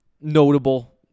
notable